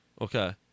Okay